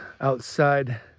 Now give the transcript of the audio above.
outside